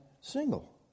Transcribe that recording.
single